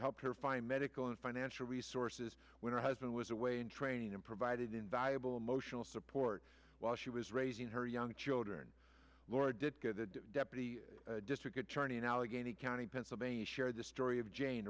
help her find medical and financial resources when her husband was away in training and provided invaluable emotional support while she was raising her young children laura did get a deputy district attorney in allegheny county pennsylvania share the story of jane